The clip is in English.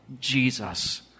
Jesus